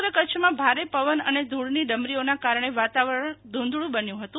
સમગ્ર કચ્છમાં ભારે પવન અને ધૂળની ડમરીઓના કારણે વાતાવરણ ધૂંધળુ બન્યું હતું